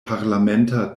parlamenta